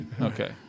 okay